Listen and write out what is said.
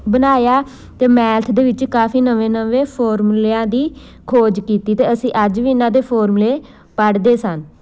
ਬਣਾਇਆ ਅਤੇ ਮੈਥ ਦੇ ਵਿੱਚ ਕਾਫੀ ਨਵੇਂ ਨਵੇਂ ਫੋਰਮੂਲਿਆਂ ਦੀ ਖੋਜ ਕੀਤੀ ਅਤੇ ਅਸੀਂ ਅੱਜ ਵੀ ਇਹਨਾਂ ਦੇ ਫੋਰਮੂਲੇ ਪੜ੍ਹਦੇ ਸਨ